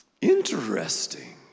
Interesting